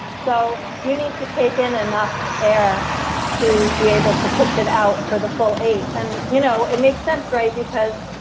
so you need to take in enough air to be able to push it out for the full eight. and you know it makes sense because